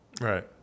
right